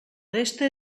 resta